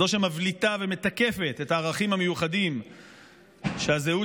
זאת שמבליטה ומתקפת את הערכים המיוחדים שהזהות